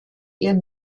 ihr